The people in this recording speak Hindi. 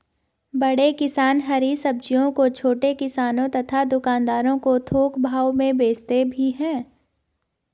बड़े किसान हरी सब्जियों को छोटे किसानों तथा दुकानदारों को थोक भाव में भेजते भी हैं